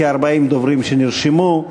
כ-40 דוברים שנרשמו.